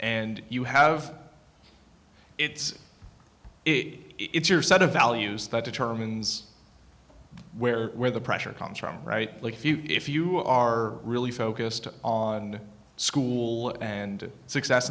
and you have it's it's your set of values that determines where where the pressure comes from right if you if you are really focused on school and success